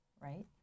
Right